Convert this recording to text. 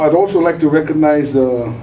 i'd also like to recognize the